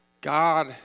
God